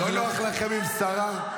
לא נוח לכם עם שרה?